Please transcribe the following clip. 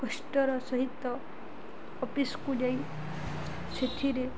କଷ୍ଟର ସହିତ ଅଫିସକୁ ଯାଇ ସେଥିରେ